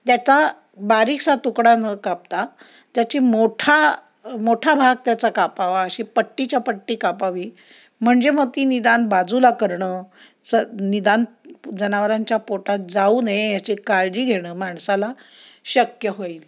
त्याचा बारीकसा तुकडा न कापता त्याची मोठा मोठा भाग त्याचा कापावा अशी पट्टीच्या पट्टी कापावी म्हणजे मग ती निदान बाजूला करणं च निदान जनावरांच्या पोटात जाऊ नये याची काळजी घेणं माणसाला शक्य होईल